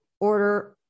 order